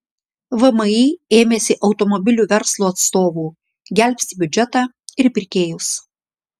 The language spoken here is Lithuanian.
vmi ėmėsi automobilių verslo atstovų gelbsti biudžetą ir pirkėjus